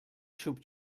xup